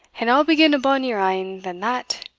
and i'll begin a bonnier ane than that